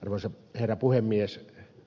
arvoisa herra puhemies